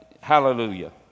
hallelujah